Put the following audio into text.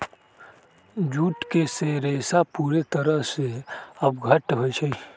jute के रेशा पूरे तरह से अपघट्य होई छई